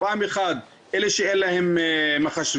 פעם אחת אלה שאין להם מחשבים,